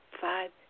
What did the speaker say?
five